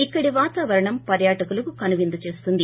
ఇక్కడి వాతావరణం పర్యాటకులకు కనువిందు చేస్తుంది